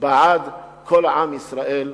בעד כל עם ישראל.